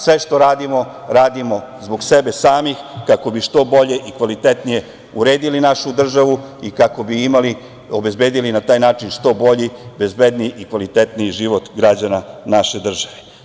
Sve što radimo radimo zbog sebe samih kako bi što bolje i kvalitetnije uredili našu državu i kako bi imali, obezbedili na taj način što bolji, bezbedniji i kvalitetniji život građana naše države.